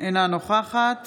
אינה נוכחת